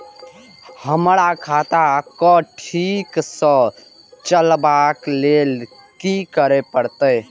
हमरा खाता क ठीक स चलबाक लेल की करे परतै